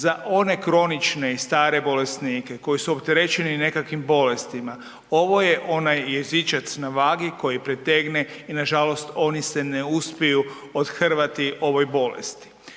Za one kronične i stare bolesnike koji su opterećeni nekakvim bolestima ovo je onaj jezičac na vagi koji pretegne i nažalost oni se ne uspiju othrvati ovoj bolesti.